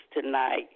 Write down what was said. tonight